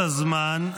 אני עוצר את הזמן.